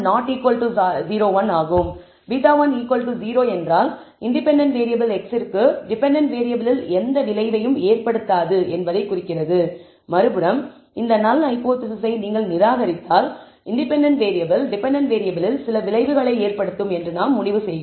β10 என்றால் independent variable x ற்கு dependent வேரியபிளில் எந்த விளைவையும் ஏற்படுத்தாது என்பதைக் குறிக்கிறது மறுபுறம் இந்த நல் ஹைபோதேசிஸை நீங்கள் நிராகரித்தால் இன்டிபெண்டண்ட் வேறியபிள் டெபென்டென்ட் வேரியபிளில் சில விளைவுகளை ஏற்படுத்தும் என்று நாம் முடிவு செய்கிறோம்